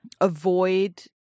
avoid